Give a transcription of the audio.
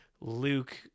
Luke